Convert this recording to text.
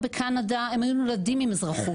או בקנדה הם היו נולדים עם אזרחות,